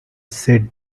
said